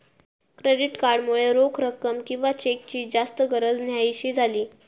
credit card मुळे रोख रक्कम किंवा चेकची जास्त गरज न्हाहीशी झाली